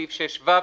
סעיף 6ו,